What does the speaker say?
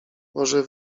może